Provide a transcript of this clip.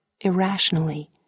irrationally